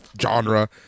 genre